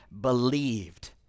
believed